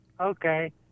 okay